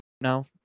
now